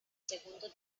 segundo